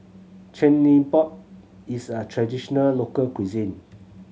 chigenabe is a traditional local cuisine